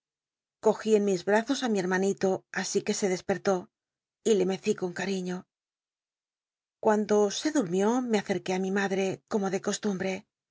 cogí en mis brazos á mi hermanito así que se despettó y le mecí con c uiíío cuando se du rmió me ace qu é á mi madre como de coslumbc